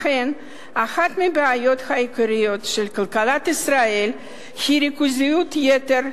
לכן אחת מהבעיות העיקריות של כלכלת ישראל היא ריכוזיות יתר,